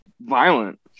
violent